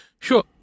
sure